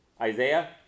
Isaiah